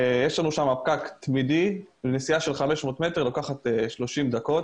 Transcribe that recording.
יש לנו שם פקק תמידי כאשר נסיעה של 500 מטרים אורכת 30 דקות.